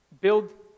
build